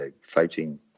floating